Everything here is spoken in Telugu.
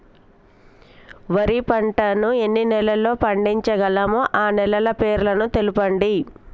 వరి పంట ఎన్ని నెలల్లో పండించగలం ఆ నెలల పేర్లను తెలుపండి?